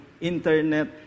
internet